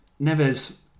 Neves